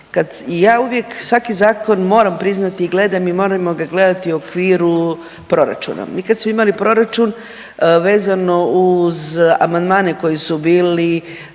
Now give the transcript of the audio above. ja uvijek svaki zakon, moram priznati i gledam i moramo ga gledati u okviru proračuna. Mi kad smo imali proračun vezano uz amandmane koji su bili